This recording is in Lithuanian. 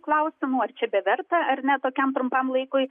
klausimų ar čia beverta ar ne tokiam trumpam laikui